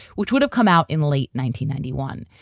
which would have come out in late nineteen ninety one.